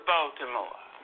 Baltimore